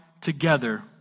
together